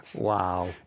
Wow